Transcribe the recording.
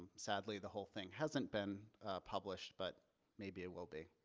um sadly, the whole thing hasn't been published, but maybe it will be.